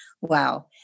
Wow